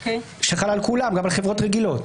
שחל על כולם גם על חברות ציבוריות.